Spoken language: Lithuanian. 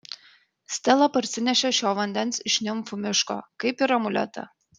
stela parsinešė šio vandens iš nimfų miško kaip ir amuletą